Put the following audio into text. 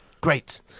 Great